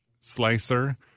slicer